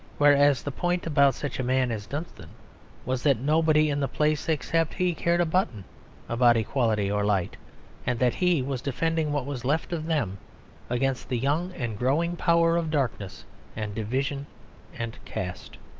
whereas the point about such a man as dunstan was that nobody in the place except he cared a button about equality or light and that he was defending what was left of them against the young and growing power of darkness and division and caste.